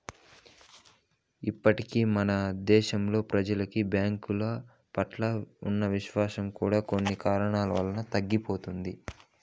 ఇప్పటికే మన దేశంలో ప్రెజలకి బ్యాంకుల పట్ల ఉన్న విశ్వాసం కూడా కొన్ని కారణాల వలన తరిగిపోతున్నది